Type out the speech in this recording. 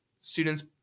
students